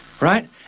right